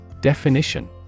Definition